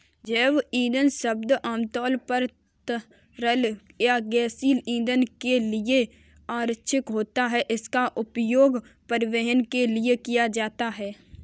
जैव ईंधन शब्द आमतौर पर तरल या गैसीय ईंधन के लिए आरक्षित होता है, जिसका उपयोग परिवहन के लिए किया जाता है